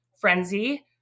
frenzy